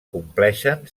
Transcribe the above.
compleixen